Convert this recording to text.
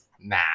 Nah